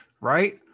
right